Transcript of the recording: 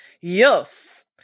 Yes